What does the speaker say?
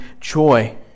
joy